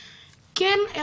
כן,